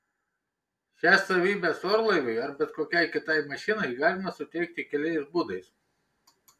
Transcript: šias savybes orlaiviui ar bet kokiai kitai mašinai galima suteikti keliais būdais